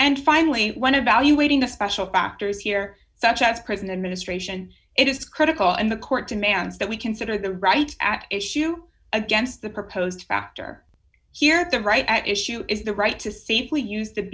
and finally when evaluating the special factors here such as prison administration it is critical and the court demands that we consider the right at issue against the proposed factor here the right at issue is the right to simply used to